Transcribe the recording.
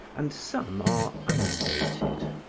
and some are undated.